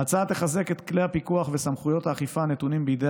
ההצעה תחזק את כלי הפיקוח וסמכויות האכיפה הנתונים בידי